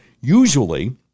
Usually